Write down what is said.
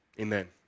amen